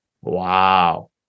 Wow